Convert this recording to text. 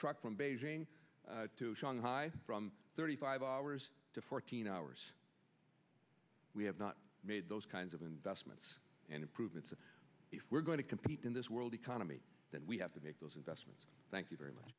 truck from beijing to shanghai from thirty five hours to fourteen hours we have not made those kinds of investments and improvements if we're going to compete in this world economy that we have to make those investments thank you very much